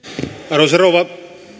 arvoisa rouva